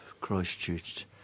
Christchurch